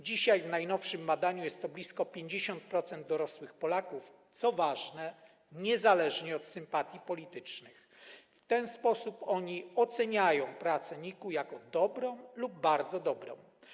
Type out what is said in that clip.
Dzisiaj z najnowszego badania wynika, że blisko 50% dorosłych Polaków - co ważne, niezależnie od sympatii politycznych - w ten sposób ocenia pracę NIK-u, jako dobrą lub bardzo dobrą.